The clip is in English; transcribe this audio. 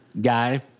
Guy